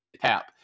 tap